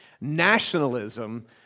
nationalism